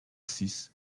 six